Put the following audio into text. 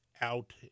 out